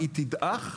היא תדעך,